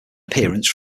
appearance